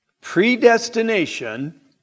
Predestination